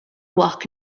walk